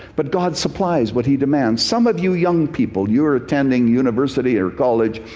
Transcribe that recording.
but god supplies what he demands. some of you young people, you are attending university or college,